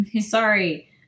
Sorry